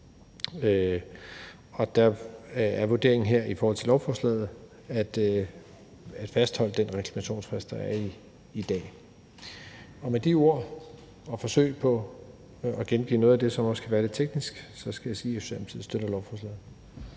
og der er vurderingen i forhold til lovforslaget, at man vil fastholde den reklamationsfrist, der er i dag. Med de ord og forsøg på at gengive noget af det, som også kan være lidt teknisk, skal jeg sige, at Socialdemokratiet støtter lovforslaget.